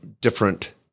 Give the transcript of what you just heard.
different